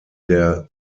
der